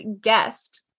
guest